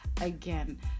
again